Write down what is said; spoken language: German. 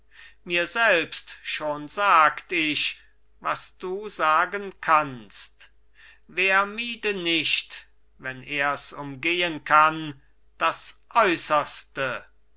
mir selbst schon sagt ich was du sagen kannst wer miede nicht wenn ers umgehen kann das äußerste